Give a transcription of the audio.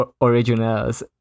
originals